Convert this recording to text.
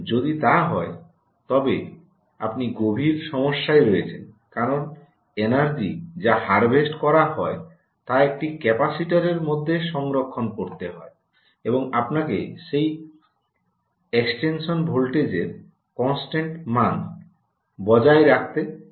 যদি তা হয় তবে আপনি গভীর সমস্যায় রয়েছেন কারণ এনার্জি যা হারবেস্ট করা হয় তা একটি ক্যাপাসিটরের মধ্যে সংরক্ষণ করতে হয় এবং আপনাকে সেই এক্সাইটেশন ভোল্টেজের কনস্ট্যান্ট মান বজায় রাখতে হয়